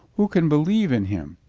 who can believe in him?